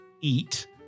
eat